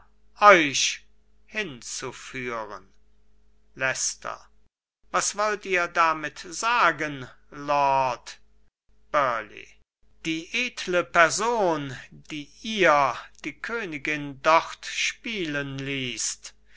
euch hinzuführen leicester was wollt ihr damit sagen lord burleigh die edle person die ihr die königin dort spielen ließt